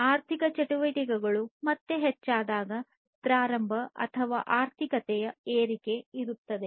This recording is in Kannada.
ಆರ್ಥಿಕ ಚಟುವಟಿಕೆಗಳು ಮತ್ತೆ ಹೆಚ್ಚಾದಾಗ ಪ್ರಾರಂಭ ಅಥವಾ ಆರ್ಥಿಕತೆಯ ಏರಿಕೆ ಇರುತ್ತದೆ